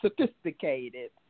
sophisticated